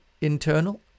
internal